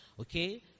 Okay